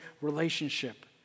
relationship